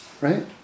Right